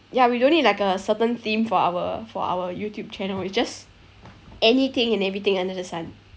ya we don't need like a certain theme for our for our youtube channel it's just anything and everything under the sun